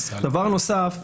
דבר נוסף,